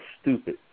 stupid